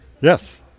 Yes